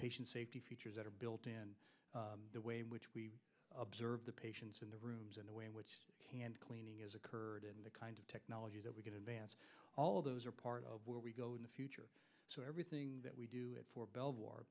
patient safety features that are built in the way in which we observe the patients in the rooms and the way in which cleaning has occurred in the kind of technology that we can advance all of those are part of where we go in the future so everything that we do it for bel